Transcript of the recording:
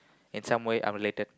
in some way I'm related